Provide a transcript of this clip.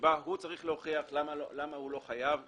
שבה הוא צריך להוכיח למה הוא לא חייב וכולי,